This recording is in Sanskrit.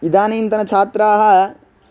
इदानीन्तनच्छात्राः